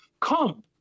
come